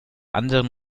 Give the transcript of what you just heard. anderen